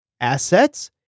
assets